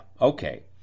okay